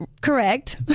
correct